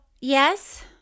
Yes